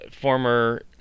former